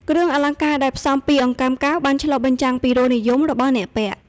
គ្រឿងអលង្ការដែលផ្សំពីអង្កាំកែវបានឆ្លុះបញ្ចាំងពីរសនិយមរបស់អ្នកពាក់។